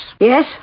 Yes